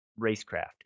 racecraft